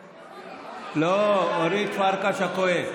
לא, אורית פרקש הכהן.